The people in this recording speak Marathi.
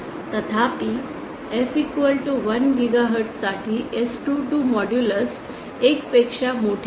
तथापि f 1 गिगाहर्ट्ज साठी S22 मॉड्यूलस 1 पेक्षा मोठे आहे